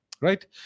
right